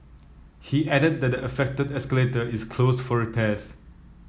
he added that the affected escalator is closed for repairs